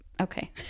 Okay